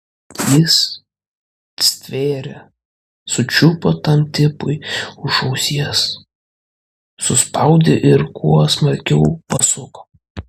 jis stvėrė sučiupo tam tipui už ausies suspaudė ir kuo smarkiau pasuko